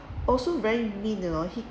also very mean you know he